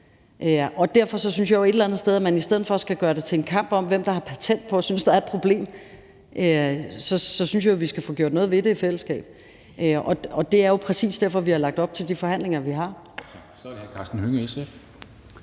eller andet sted i stedet for at gøre det til en kamp om, hvem der har patent på at synes, at der et problem, skal få gjort noget ved det i fællesskab, og det er jo præcis derfor, vi har lagt op til de forhandlinger, vi har. Kl. 10:27 Formanden (Henrik Dam